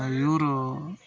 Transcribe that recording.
ಇವರೂ